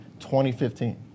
2015